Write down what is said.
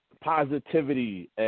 positivity